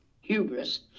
hubris